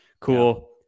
Cool